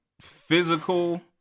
physical